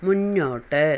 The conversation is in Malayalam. മുന്നോട്ട്